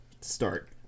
start